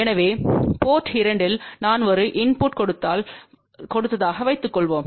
எனவே போர்ட் 2 இல் நான் ஒரு இன்புட்டைக் கொடுத்தால் வைத்துக்கொள்வோம்